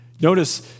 Notice